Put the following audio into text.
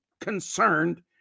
concerned